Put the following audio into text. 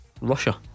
Russia